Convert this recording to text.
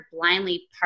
blindly